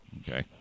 Okay